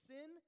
Sin